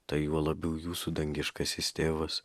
tai juo labiau jūsų dangiškasis tėvas